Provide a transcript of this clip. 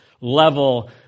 level